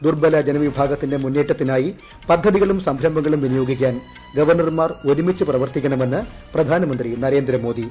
ദുർബല ജനവിഭാഗത്തിന്റെ മുന്നേറ്റത്തിനായി പദ്ധതികളും സംരംഭങ്ങളും വിനിയോഗിക്കാൻ ഗവർണർമാർ ഒരുമിച്ച് പ്രവർത്തിക്കണമെന്ന് പ്രധാനമന്ത്രി നരേന്ദ്രമോദി